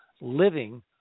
living